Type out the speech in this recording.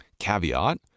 Caveat